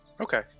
Okay